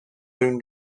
une